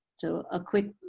so a quick